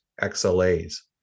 XLA's